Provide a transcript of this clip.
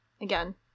Again